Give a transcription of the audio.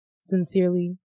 Sincerely